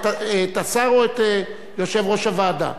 את השר או את יושב-ראש הוועדה?